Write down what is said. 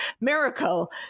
miracle